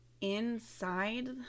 inside